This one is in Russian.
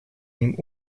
ним